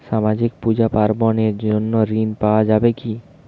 সামাজিক পূজা পার্বণ এর জন্য ঋণ পাওয়া যাবে কি?